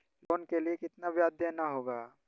Loan के लिए कितना ब्याज देना होगा?